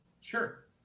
Sure